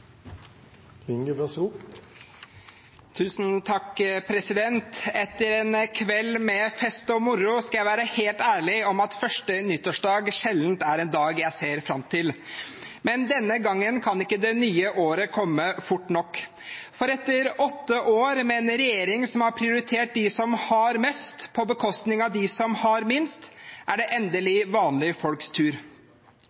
moro skal jeg være helt ærlig på at første nyttårsdag sjelden er en dag jeg ser fram til. Men denne gangen kan ikke det nye året komme fort nok, for etter åtte år med en regjering som har prioritert de som har mest, på bekostning av de som har minst, er det endelig